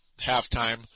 halftime